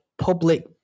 public